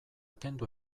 kendu